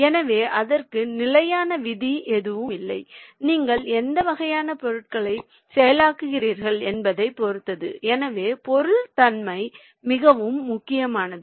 எனவே அதற்கு நிலையான விதி எதுவும் இல்லை நீங்கள் எந்த வகையான பொருளை செயலாக்குகிறீர்கள் என்பதைப் பொறுத்தது எனவே பொருள் தன்மை மிகவும் முக்கியமானது